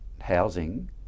housing